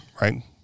right